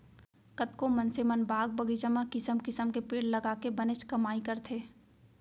कतको मनसे मन बाग बगीचा म किसम किसम के पेड़ लगाके बनेच कमाई करथे